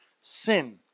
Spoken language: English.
sin